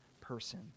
person